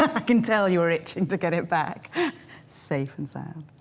i can tell you're itching to get it back safe and